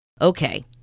Okay